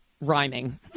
rhyming